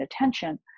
attention